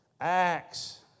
Acts